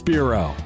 Bureau